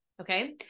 Okay